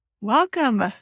Welcome